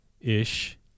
ish